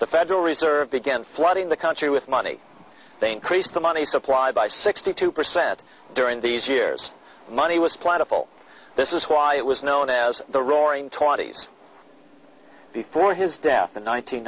the federal reserve began flooding the country with money they increased the money supply by sixty two percent during these years money was plentiful this is why it was known as the roaring twenty's before his death in